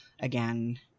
again